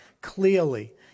clearly